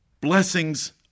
blessings